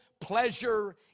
pleasure